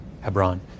Hebron